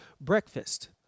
breakfast